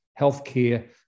healthcare